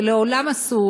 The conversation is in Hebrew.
ולעולם אסור,